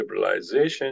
liberalization